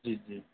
جی جی